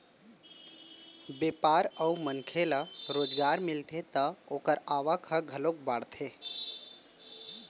बेपार अउ मनखे ल रोजगार मिलथे त ओखर आवक ह घलोक बाड़थे